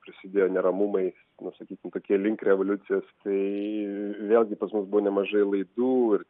prasidėjo neramumai nu sakykim tokie link revoliucijos tai vėlgi pas mus buvo nemažai laidų ir